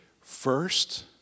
first